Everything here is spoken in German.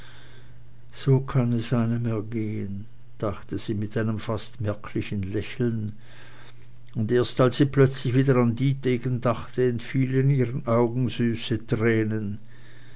so kann es einem ergehen dachte sie mit einem fast merklichen lächeln und erst als sie plötzlich wieder an dietegen dachte entfielen ihren augen süße tränen